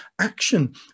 action